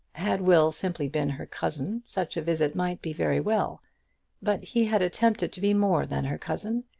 had will simply been her cousin, such a visit might be very well but he had attempted to be more than her cousin,